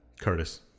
Curtis